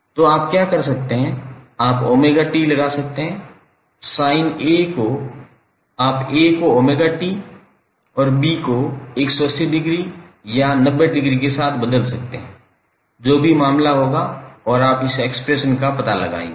तो आप क्या कर सकते हैं आप 𝜔𝑡 लगा सकते हैं आप A को 𝜔𝑡 और B को 180 डिग्री या 90 डिग्री के साथ बदल सकते हैं जो भी मामला होगा और आप इन एक्सप्रेशन का पता लगाएंगे